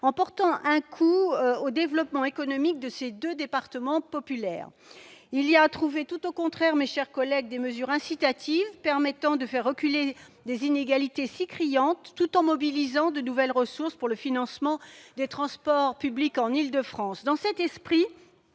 en portant un coup au développement économique de ces deux départements populaires. Il faudrait trouver, au contraire, des mesures incitatives permettant de faire reculer ces inégalités criantes, tout en mobilisant de nouvelles ressources pour le financement des transports publics en Île-de-France. Dans cet esprit,